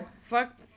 fuck